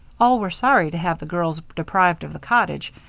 all were sorry to have the girls deprived of the cottage,